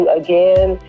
again